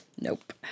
Nope